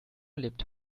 lebt